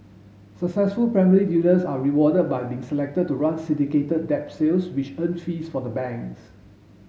successful primary dealers are rewarded by being selected to run syndicated debt sales which earn fees for the banks